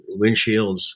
windshields